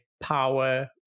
power